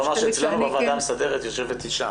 אני יכול לומר שאצלנו בוועדה המסדרת יושבת אישה,